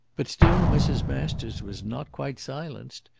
but still mrs. masters was not quite silenced.